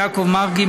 יעקב מרגי,